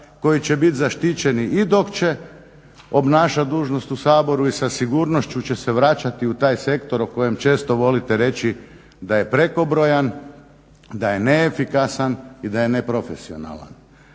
koji će bit zaštićeni i dok će obnašat dužnost u Saboru i sa sigurnošću će se vraćati u taj sektor o kojem često volite reći da je prekobrojan, da je neefikasan i da je neprofesionalan.